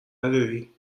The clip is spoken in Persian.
نداری